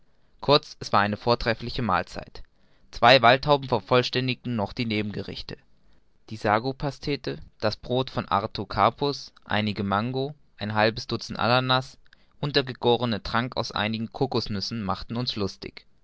kurz es war eine vortreffliche mahlzeit zwei waldtauben vervollständigten noch die nebengerichte die sagopastete das brod von artokarpus einige mango ein halbes dutzend ananas und der gegohrene trank aus einigen cocosnüssen machten uns lustig